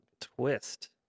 Twist